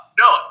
no